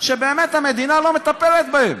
שבאמת המדינה לא מטפלת בהם.